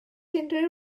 unrhyw